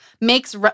makes